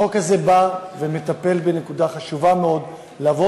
החוק הזה בא ומטפל בנקודה חשובה מאוד: לבוא